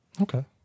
Okay